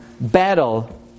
battle